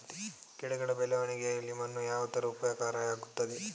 ಗಿಡಗಳ ಬೆಳವಣಿಗೆಯಲ್ಲಿ ಮಣ್ಣು ಯಾವ ತರ ಉಪಕಾರ ಆಗ್ತದೆ?